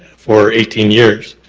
for eighteen years.